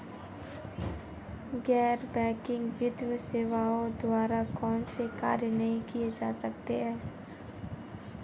गैर बैंकिंग वित्तीय सेवाओं द्वारा कौनसे कार्य नहीं किए जा सकते हैं?